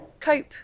cope